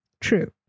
True